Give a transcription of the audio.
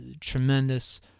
tremendous